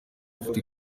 bafite